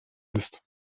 ist